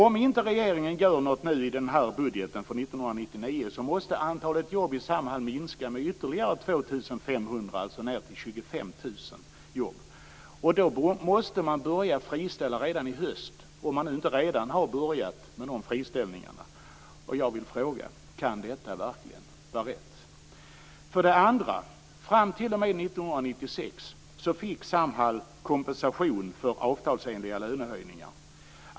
Om regeringen inte gör något nu i budgeten för 1999 måste antalet jobb i Samhall minska med ytterligare 2 500, alltså en minskning ned till 25 000 jobb. Man måste således börja friställa redan i höst, om man inte redan har börjat med friställningarna. Kan detta verkligen vara rätt? För det andra: Fram t.o.m. 1996 fick Samhall kompensation för avtalsenliga lönehöjningar.